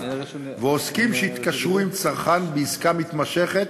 ועוסקים שהתקשרו עם צרכן בעסקה מתמשכת